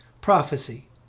prophecy